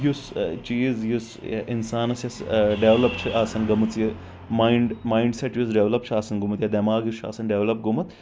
یُس چیٖز یُس انسانس یۄس ڈیولپ چھِ آسان گٔمٕژ یہِ ماینڈ ماینڈ سٮ۪ٹ یُس ڈیولپ چھُ آسان گوٚمُت یا دٮ۪ماغ یُس چھُ آسان ڈیولپ گوٚمُت